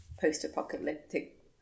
post-apocalyptic